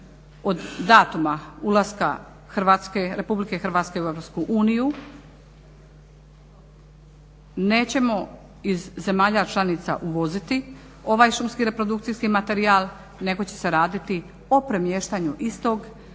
od datuma ulaska Hrvatske, Republike Hrvatske u Europsku uniju nećemo iz zemalja članica uvoziti ovaj šumski reprodukcijski materijal nego će se raditi o premještanju istog